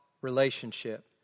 relationship